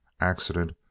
Accident